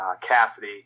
Cassidy